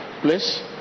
please